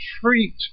treat